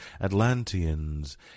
Atlanteans